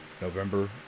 November